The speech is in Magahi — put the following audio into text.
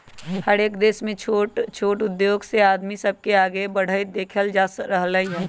हरएक देश में छोट छोट उद्धोग से आदमी सब के आगे बढ़ईत देखल जा रहल हई